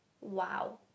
wow